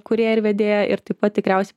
kūrėja ir vedėja ir taip pat tikriaus